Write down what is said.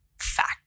fact